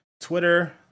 Twitter